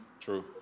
True